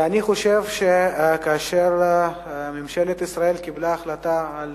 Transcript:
ואני חושב שכאשר ממשלת ישראל קיבלה החלטה על